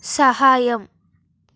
సహాయం